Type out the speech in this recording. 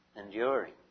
Enduring